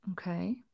Okay